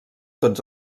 tots